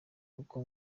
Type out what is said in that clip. kuko